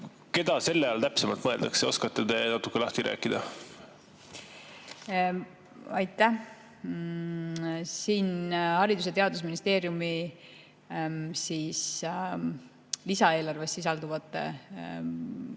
Keda selle all täpsemalt mõeldakse? Oskate te natuke lahti rääkida? Aitäh! Haridus- ja Teadusministeeriumile lisaeelarvest koolidele